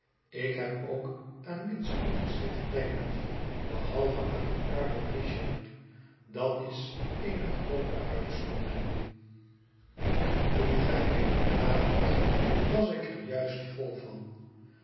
ik heb ook aan niets anders zitten denken behalve aan dien armen richard dat is eene groote uitzondering toen gij binnenkwaamt was ik er juist vol van